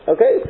Okay